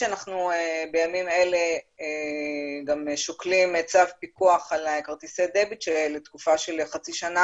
בימים אלה אנחנו שוקלים צו פיקוח על כרטיסי הדביט שלתקופה של חצי שנה